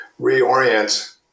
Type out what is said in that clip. reorient